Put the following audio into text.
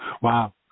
wow